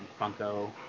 Funko